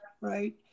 right